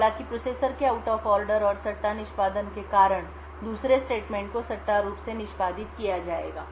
हालांकि प्रोसेसर के out of order और सट्टा निष्पादन के कारण दूसरे स्टेटमेंट को सट्टा रूप से निष्पादित किया जाएगा